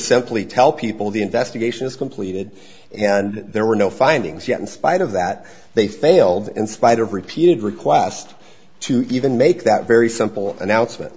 simply tell people the investigation is completed and there were no findings yet in spite of that they failed in spite of repeated request to even make that very simple announcement